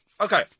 okay